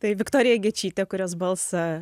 tai viktorija gečytė kurios balsą